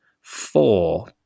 four